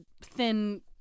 thin